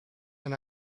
and